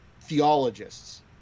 theologists